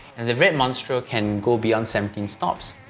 and the red monstro can go beyond seventeen stops.